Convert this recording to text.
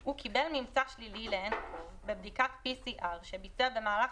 הוא קיבל ממצא שלילי ל-nCov בבדיקת PCR שביצע במהלך